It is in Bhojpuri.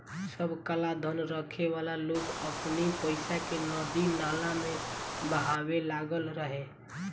सब कालाधन रखे वाला लोग अपनी पईसा के नदी नाला में बहावे लागल रहे